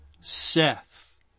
Seth